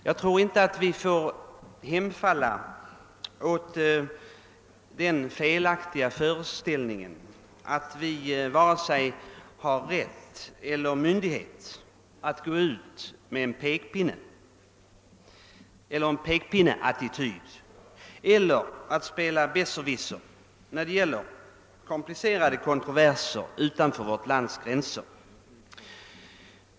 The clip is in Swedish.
Vi får inte hemfalla åt den felaktiga föreställningen, att vi har vare sig rätt eller myndighet att använda en pekpinneattityd eller att spela besserwisser när det gäller komplicerade kontroverser utanför vårt lands gränser.